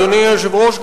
אדוני היושב-ראש,